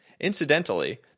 incidentally